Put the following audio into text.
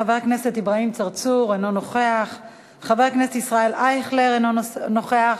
חבר כנסת אברהים צרצור, אינו נוכח.